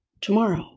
tomorrow